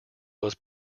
was